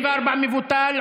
74 מבוטל.